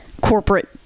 corporate